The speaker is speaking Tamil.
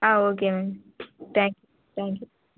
ah okay ma'am thank you thank you